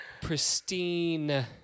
pristine